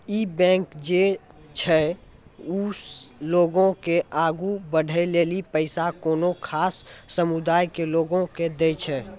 इ बैंक जे छै वें लोगो के आगु बढ़ै लेली पैसा कोनो खास समुदाय के लोगो के दै छै